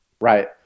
Right